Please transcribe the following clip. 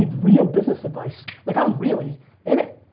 real business advice, like i'm really in it,